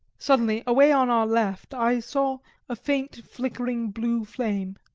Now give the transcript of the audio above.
suddenly, away on our left, i saw a faint flickering blue flame.